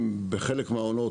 בחלק מהעונות,